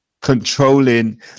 controlling